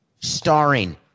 starring